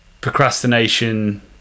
procrastination